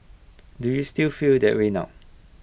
do you still feel that way now